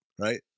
right